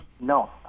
No